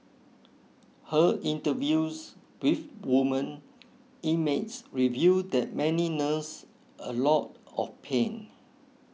her interviews with women inmates reveal that many nurse a lot of pain